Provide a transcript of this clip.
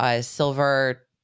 silver